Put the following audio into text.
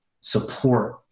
support